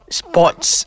sports